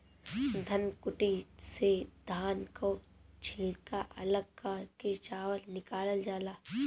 धनकुट्टी से धान कअ छिलका अलग कअ के चावल निकालल जाला